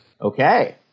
okay